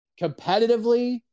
Competitively